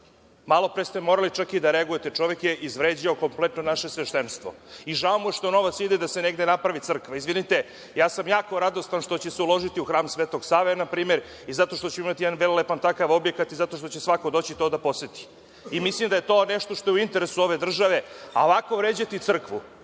skandal. Malopre ste morali čak i da reagujete. Čovek je izvređao kompletno naše sveštenstvo i žao mu je što novac ide da se negde napravi crkva. Izvinite, ja sam jako radostan što će se uložiti u hram Svetog Save npr. i zato što ćemo imati jedan velelepan takav objekat i zato što će svako doći to da poseti. Mislim da je to nešto što je u interesu ove države. A ovako vređati crkvu